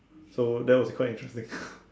so that was quite interesting